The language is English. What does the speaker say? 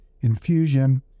infusion